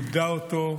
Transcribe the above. איבדה אותו,